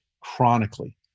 chronically